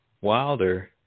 Wilder